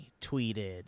tweeted